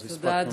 אז הספקנו.